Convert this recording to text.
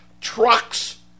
trucks